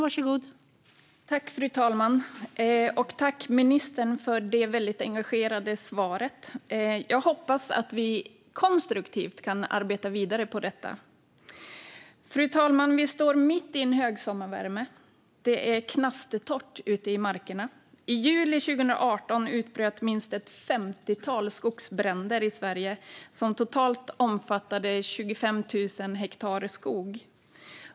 Fru talman! Jag tackar ministern för detta mycket engagerade svar. Jag hoppas att vi konstruktivt kan jobba vidare med detta. Fru talman! Vi står mitt i en högsommarvärme. Det är knastertorrt ute i markerna. I juli 2018 utbröt minst ett femtiotal skogsbränder i Sverige som omfattade totalt 25 000 hektar skog.